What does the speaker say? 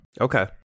Okay